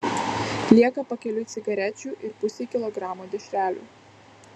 lieka pakeliui cigarečių ir pusei kilogramo dešrelių